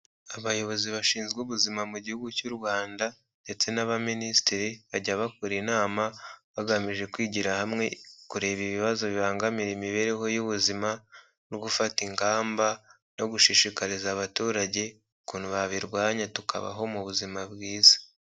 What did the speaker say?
Abayobozi bashinzwe ubuzima mu gihugu cy'u Rwanda ndetse n'Abaminisitiri bajya bakora inama, bagamije kwigira hamwe kureba ibibazo bibangamira imibereho y'ubuzima no gufata ingamba no gushishikariza abaturage ukuntu babirwanya tukabaho mu buzima bwiza.